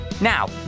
Now